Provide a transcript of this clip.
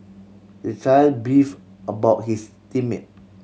the child beef about his team mate